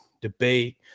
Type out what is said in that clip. debate –